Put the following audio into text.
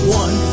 one